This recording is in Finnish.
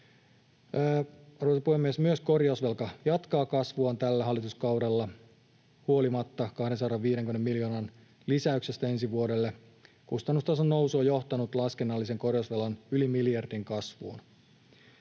Myös korjausvelka jatkaa kasvuaan tällä hallituskaudella huolimatta 250 miljoonan lisäyksestä ensi vuodelle. Kustannustason nousu on johtanut laskennallisen korjausvelan yli miljardin kasvuun.